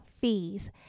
fees